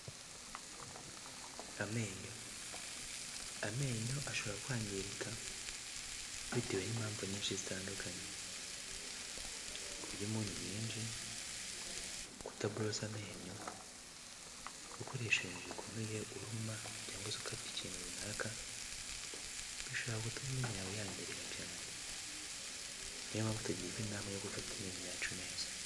Amenyo, amenyo ashobora kwangirika, bitewe n'impamvu nyinshi zitandukanye. Kurya umunyu mwinshi, kutaborosa amenyo, gukoresha ibintu bikomeye uruma cyangwa se ukata ikintu runaka, bishobora gutuma amenyo yawe yangirika cyane. Ni yo mpamvu tugirwa inama yo gufata amenyo yacu neza.